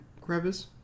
crevice